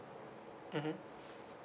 mmhmm